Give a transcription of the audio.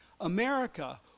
America